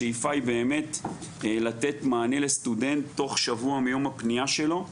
השאיפה היא באמת לתת מענה לסטודנט תוך שבוע מיום הפנייה שלו.